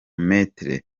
maitre